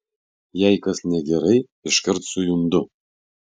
jei kas negerai iškart sujundu